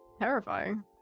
terrifying